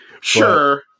Sure